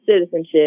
citizenship